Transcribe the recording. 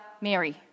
Mary